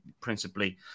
principally